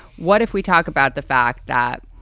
what if we talk about the fact that